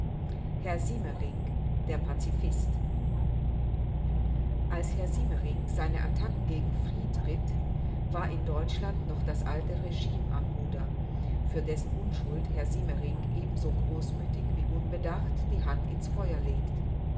herr siemering der pazifist als herr siemering seine attacken gegen fried ritt war in deutschland noch das alte regime am ruder für dessen unschuld herr siemering ebenso großmütig wie unbedacht die hand ins feuer legt